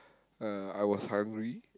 uh I was hungry